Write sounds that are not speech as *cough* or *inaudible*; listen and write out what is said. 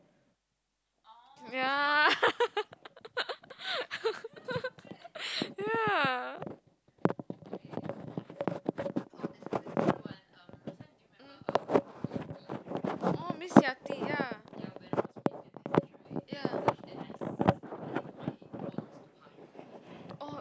ya *laughs* ya oh miss yati ya